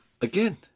Again